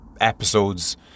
episodes